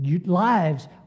lives